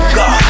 go